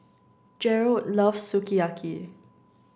Gerold loves Sukiyaki